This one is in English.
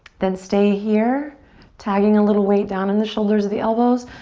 then stay here tagging a little weight down in the shoulders or the elbows.